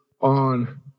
on